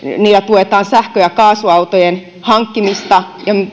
millä tuetaan sähkö ja kaasuautojen hankkimista ja